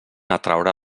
atraure